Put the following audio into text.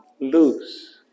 lose